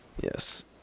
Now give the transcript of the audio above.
Yes